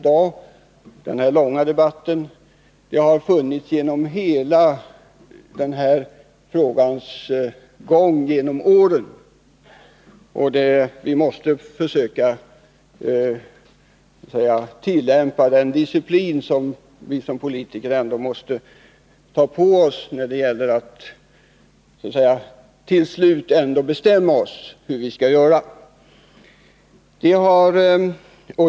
Det har funnits olika åsikter genom hela den här frågans gång genom åren. Vi måste försöka tillämpa den disciplin som vi som politiker ändå måste ta på oss när det gäller att till slut bestämma oss för hur vi skall göra.